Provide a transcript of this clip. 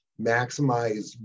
maximize